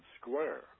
Square